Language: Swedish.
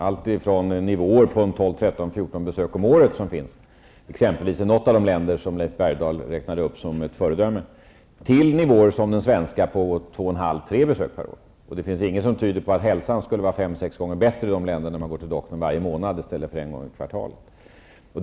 Det finns nivåer på 13--14 besök om året i något av de länder som Leif Bergdahl nämnde som ett föredöme. Det finns också länder där nivån är som i Sverige, 2,5--3 besök per år. Det finns ingenting som tyder på att hälsan skulle var 5--6 gånger bättre i de länder där människor går till doktorn varje månad i stället för en gång i kvartalet.